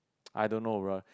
I don't know bruh